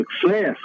success